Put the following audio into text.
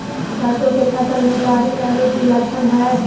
सरसों के फसल में लाही लगे कि लक्षण हय?